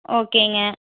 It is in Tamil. ஓக்கேங்க